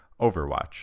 Overwatch